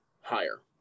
higher